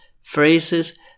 phrases